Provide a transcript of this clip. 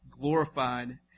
glorified